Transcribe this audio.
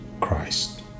Christ